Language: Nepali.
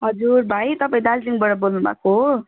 हजुर भाइ तपाईँ दार्जिलिङबाट बोल्नुभएको हो